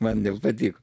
man nepatiko